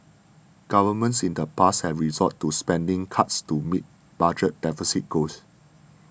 Governments in the past have resorted to spending cuts to meet budget deficit goals